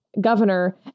Governor